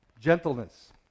Gentleness